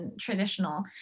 traditional